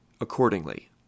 accordingly